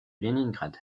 léningrad